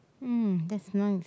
um that's nice